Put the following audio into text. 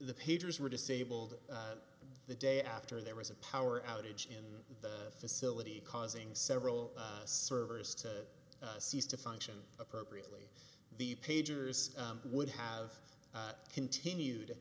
the pagers were disabled the day after there was a power outage in the facility causing several servers to cease to function appropriately the pagers would have continued